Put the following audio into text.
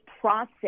process